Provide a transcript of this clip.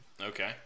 Okay